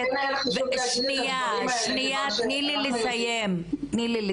---- את הדברים האלה כיוון ש- -- תני לי לסיים בבקשה.